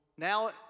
Now